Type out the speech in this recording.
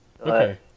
Okay